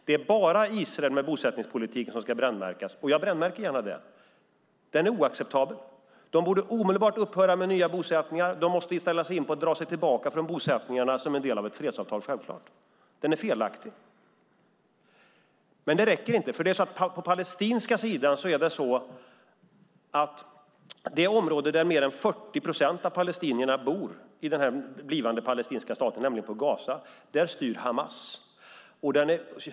Det är bara Israel med bosättningspolitiken som ska brännmärkas. Jag brännmärker gärna den. Den är oacceptabel. Israel borde omedelbart upphöra med nya bosättningar, och självklart måste Israel dra sig tillbaka från bosättningarna som en del av ett fredsavtal. Den är felaktig. Men det räcker inte. I det område där mer än 40 procent av palestinierna bor i den blivande palestinska staten, nämligen Gaza, styr Hamas.